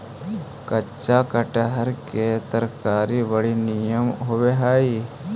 कच्चा कटहर के तरकारी बड़ी निमन होब हई